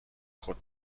خود